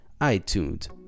itunes